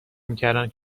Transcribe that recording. میکردند